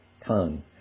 tongue